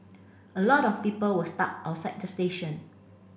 a lot of people were stuck outside the station